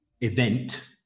event